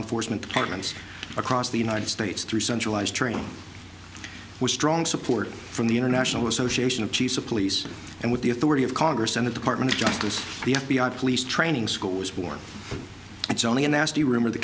enforcement departments across the united states through centralized training with strong support from the international association of chiefs of police and with the authority of congress and the department of justice the f b i police training school was born it's only a nasty rumor the